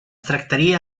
tractaria